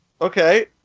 Okay